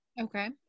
Okay